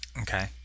Okay